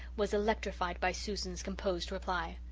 was electrified by susan's composed reply.